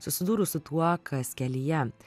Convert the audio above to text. susidūrus su tuo kas kelyje